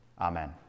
Amen